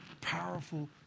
Powerful